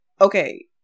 Okay